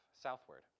southward